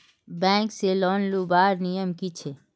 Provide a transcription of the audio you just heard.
Bank से loan लुबार नियम की छे?